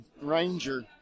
Ranger